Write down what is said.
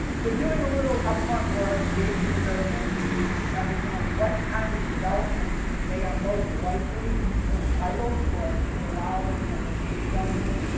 so, doing a little upfront work, engaging with those entities to understand what kind of development they are most likely to entitle, or to allow, you know, the the zoning,